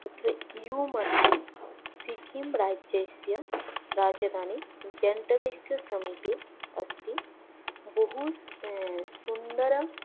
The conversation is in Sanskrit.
तत्र यूमथां सिक्किम्राज्जेस्य राजधानी गेण्टकस्य समीपे अस्ति बहु सुन्दर